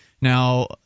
Now